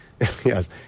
Yes